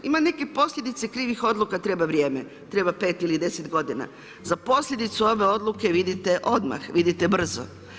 Ima neke posljedice krivih odluka treba vrijeme, treba 5 ili 10 g. Za posljedicu ove odluke vidite odmah, vidite brzo.